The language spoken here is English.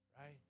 right